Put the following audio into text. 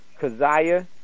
Kaziah